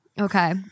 okay